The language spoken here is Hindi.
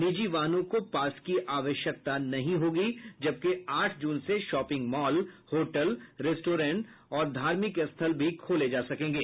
निजी वाहनों को पास की आवश्यकता नहीं होगी जबकि आठ जून से शॉपिंग मॉल होटल रेस्टोरेंट और धार्मिक स्थल भी खोले जा सकेंगे